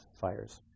fires